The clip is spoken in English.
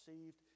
received